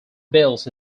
bills